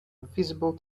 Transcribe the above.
visible